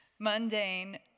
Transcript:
mundane